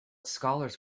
scholars